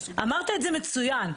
אמרת את זה מצוין.